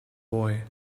boy